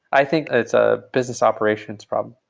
i think that's a business operations problem.